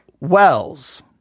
Wells